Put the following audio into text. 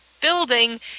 building